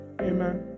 Amen